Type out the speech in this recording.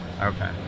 okay